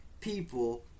people